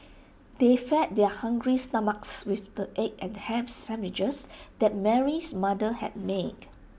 they fed their hungry stomachs with the egg and Ham Sandwiches that Mary's mother had made